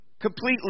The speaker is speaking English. completely